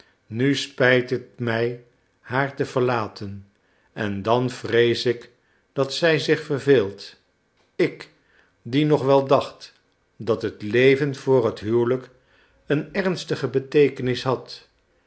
nu spijt het mij haar te verlaten en dan vrees ik dat zij zich verveelt ik die nog wel dacht dat het leven voor het huwelijk een ernstige beteekenis had